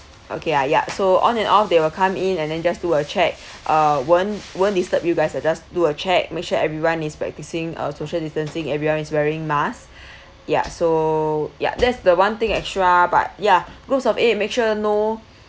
okay I ya so on and off they will come in and then just do a check uh won't won't disturb you guys are just do a check make sure everyone is practicing uh social distancing everyone's wearing mask ya so ya that's the one thing extra but ya group of eight make sure no